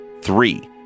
Three